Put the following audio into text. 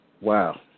wow